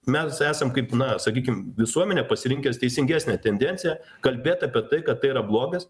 mes esam kaip na sakykim visuomenė pasirinkę teisingesnę tendenciją kalbėt apie tai kad tai yra blogis